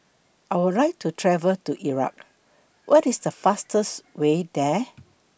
I Would like to travel to Iraq What IS The fastest Way There